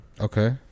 Okay